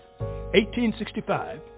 1865